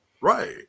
right